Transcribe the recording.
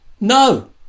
no